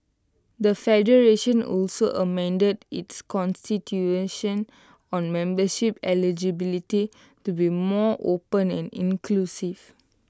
the federation also amended its Constitution on membership eligibility to be more open and inclusive